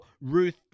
Ruth